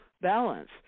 balance